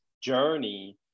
journey